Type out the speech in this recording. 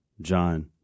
john